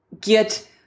get